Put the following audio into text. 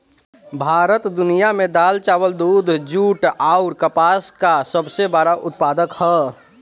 भारत दुनिया में दाल चावल दूध जूट आउर कपास का सबसे बड़ा उत्पादक ह